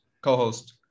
co-host